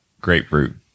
Grapefruit